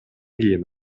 кийин